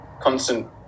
constant